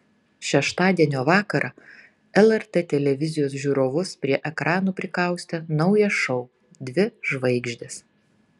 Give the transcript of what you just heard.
šeštadienio vakarą lrt televizijos žiūrovus prie ekranų prikaustė naujas šou dvi žvaigždės